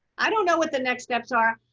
i don't know what the next steps are.